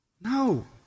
No